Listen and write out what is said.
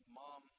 mom